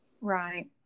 Right